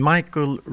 Michael